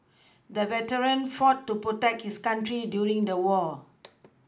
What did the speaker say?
the veteran fought to protect his country during the war